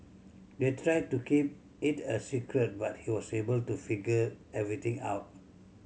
they tried to keep it a secret but he was able to figure everything out